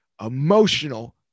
Emotional